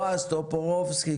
בועז טופורובסקי,